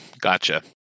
gotcha